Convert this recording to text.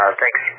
thanks